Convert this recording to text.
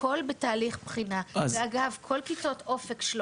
הכל בתהליך בחינה ואגב כל כיתות אופק 300